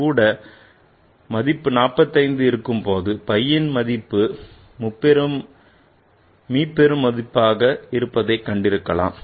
கூட மதிப்பு 45 இருக்கும்போது phiன் மதிப்பு மீப்பெருமாக இருப்பதை கண்டிருக்கலாம்